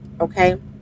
okay